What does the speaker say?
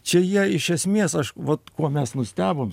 čia jie iš esmės aš vat kuo mes nustebom